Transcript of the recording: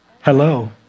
Hello